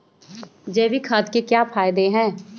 जैविक खाद के क्या क्या फायदे हैं?